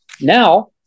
Now